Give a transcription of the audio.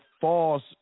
false